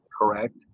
correct